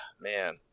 Man